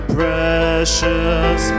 precious